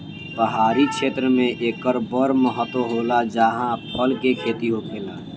पहाड़ी क्षेत्र मे एकर बड़ महत्त्व होला जाहा फल के खेती होखेला